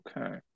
Okay